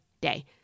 day